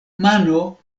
mano